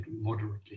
moderately